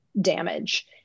damage